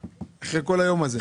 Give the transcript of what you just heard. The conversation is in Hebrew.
אחרי כל היום הזה.